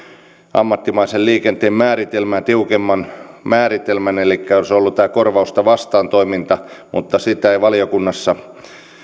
ammattimaisen liikenteen määritelmään tiukemman määritelmän elikkä olisi ollut tämä korvausta vastaan toiminta mutta sitä ei valiokunnassa